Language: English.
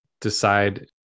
decide